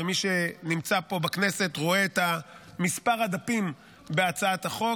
מי שנמצא פה בכנסת רואה את מספר הדפים בהצעת החוק,